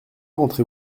rentrez